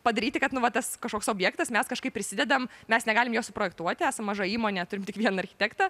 padaryti kad nu va tas kažkoks objektas mes kažkaip prisidedam mes negalim jo suprojektuoti esam maža įmonė turim tik vieną architektą